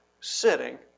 sitting